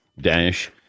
dash